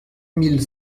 mille